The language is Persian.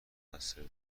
موثر